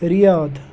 Riyadh